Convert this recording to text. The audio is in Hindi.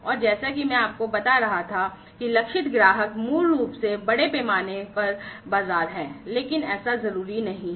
और जैसा कि मैं आपको बता रहा था कि लक्षित ग्राहक मूल रूप से बड़े पैमाने पर बाजार हैं लेकिन ऐसा जरूरी नहीं है